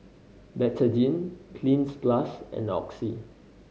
Betadine Cleanz Plus and Oxy